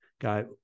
guy